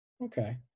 okay